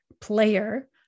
player